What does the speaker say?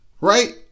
right